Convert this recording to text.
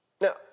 Now